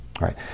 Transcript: right